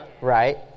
Right